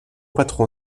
patron